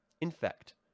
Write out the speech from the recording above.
Infect